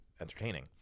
entertaining